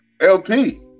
LP